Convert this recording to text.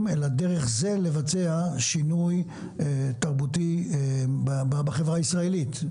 אלא דרך זה לבצע שינוי תרבותי בחברה הישראלית.